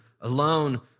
alone